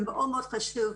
ומאוד מאוד חשוב,